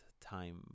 time